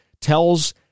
tells